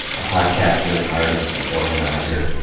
a podcaster, artist, and organizer.